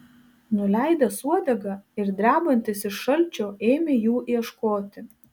nuleidęs uodegą ir drebantis iš šalčio ėmė jų ieškoti